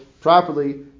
properly